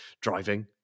driving